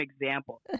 example